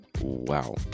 wow